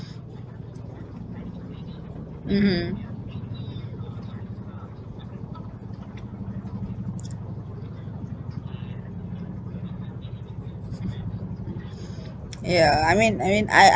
mmhmm ya I mean I mean I I